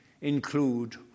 include